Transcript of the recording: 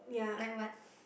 like what